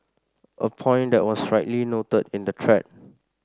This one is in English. a point that was rightly noted in the thread